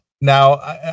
now